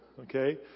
okay